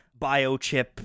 biochip